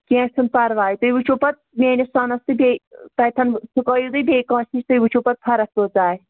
کینٛہہ چھُنہٕ پَرواے تُہۍ وُچھُو پَتہٕ میٛٲنِس سۄنَس تہٕ بیٚیہِ تَتِتھَن چُکٲیِو تُہۍ بیٚیہِ کٲنٛسہِ نِش تُہۍ وُچھُو پَتہٕ فرق کۭژاہ آسہِ